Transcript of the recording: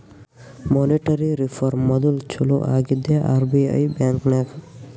monetary reform module ಚಾಲೂ ಆಗಿದ್ದೆ RBI ಬ್ಯಾಂಕ್ನಾಗ್